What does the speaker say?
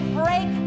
break